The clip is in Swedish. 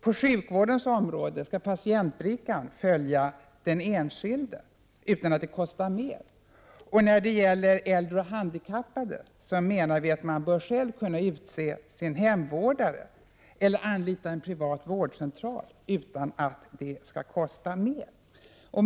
På sjukvårdens område skall patientbrickan följa den enskilde utan att det kostar mer. När det gäller äldre och handikappade menar vi att dessa själva bör kunna utse sin hemvårdare eller anlita en privat vårdcentral utan att det skall kosta mer.